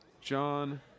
John